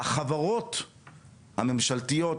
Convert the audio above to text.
החברות הממשלתיות,